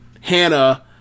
Hannah